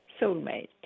soulmate